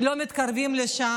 לא מתקרבים לשם.